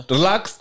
Relax